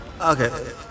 Okay